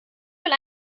will